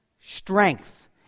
strength